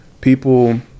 people